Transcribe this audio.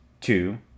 two